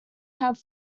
have